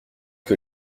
que